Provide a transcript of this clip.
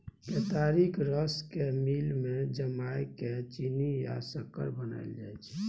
केतारीक रस केँ मिल मे जमाए केँ चीन्नी या सक्कर बनाएल जाइ छै